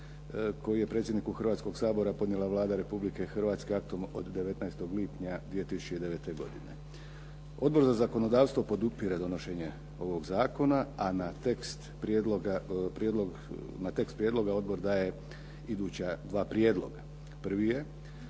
koji je predsjedniku Hrvatskog sabora podnijela Vlada Republike Hrvatske aktom od 19. lipnja 2009. godine. Odbor za zakonodavstvo podupire donošenje ovog zakona, a na tekst prijedloga odbor daje iduća dva prijedloga. Prvi je